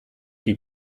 die